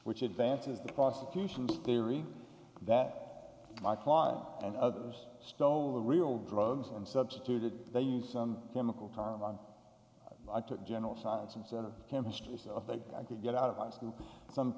which advances the prosecution's theory that my client and others stole the real drugs and substituted they used some chemical karma i took general science and sort of chemistry so i think i could get out of high school some